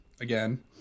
again